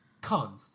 Con